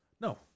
no